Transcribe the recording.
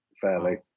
fairly